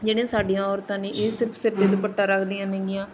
ਜਿਹੜੀਆਂ ਸਾਡੀਆਂ ਔਰਤਾਂ ਨੇ ਇਹ ਸਿਰਫ ਸਿਰ 'ਤੇ ਦੁਪੱਟਾ ਰੱਖਦੀਆਂ ਨੇਗੀਆਂ